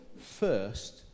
first